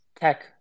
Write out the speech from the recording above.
tech